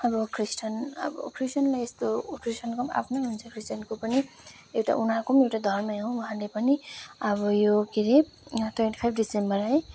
अब क्रिस्टान अब क्रिस्टानलाई यस्तो क्रिस्टानको पनि आफ्नै हुन्छ क्रिस्टानको पनि एउटा उनीहरूको पनि धर्मै हो उहाँहरूले पनि अब यो के अरे ट्वेन्टी फाइभ दिसम्बर है